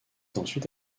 ensuite